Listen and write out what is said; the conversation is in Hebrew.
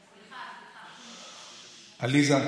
עליזה,